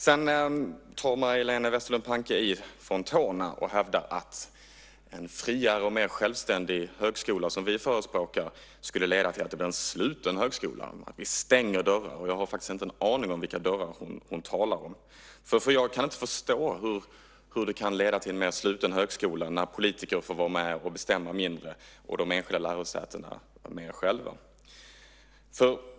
Sedan tar Majléne Westerlund Panke i från tårna och hävdar att en friare och mer självständig högskola, som vi förespråkar, skulle leda till att det blir en sluten högskola och att vi stänger dörrar. Jag har faktiskt inte en aning om vilka dörrar hon talar om. Jag kan inte förstå hur det kan leda till en mer sluten högskola när politiker får bestämma mindre och de enskilda lärosätena får bestämma mer själva.